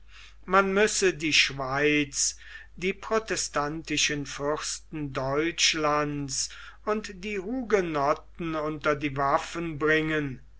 man müsse die schweiz die protestantischen fürsten deutschlands und die hugenotten unter die waffen bringen